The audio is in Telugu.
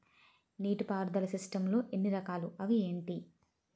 నీటిపారుదల సిస్టమ్ లు ఎన్ని రకాలు? అవి ఏంటి?